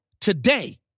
today